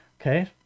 okay